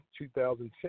2010